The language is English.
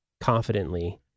confidently